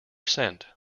sent